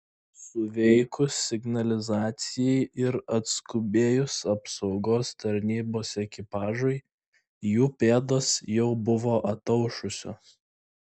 suveikus signalizacijai ir atskubėjus apsaugos tarnybos ekipažui jų pėdos jau buvo ataušusios